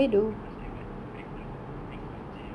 because M_R_T breakdown then got jam